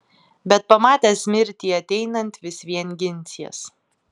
bet pamatęs mirtį ateinant vis vien ginsies